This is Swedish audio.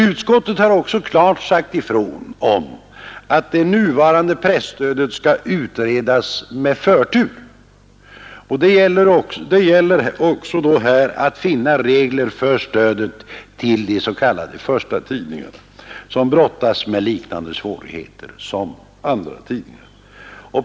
Utskottet har också klart slagit fast att frågan om det nuvarande presstödssystemet skall utredas med förtur. Det gäller också här att finna regler för stödet till de s.k. förstatidningar som brottas med liknande svårigheter som andratidningar.